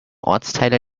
ortsteile